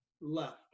left